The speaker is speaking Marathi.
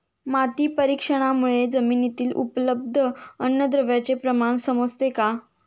माती परीक्षणामुळे जमिनीतील उपलब्ध अन्नद्रव्यांचे प्रमाण समजते का?